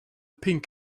pink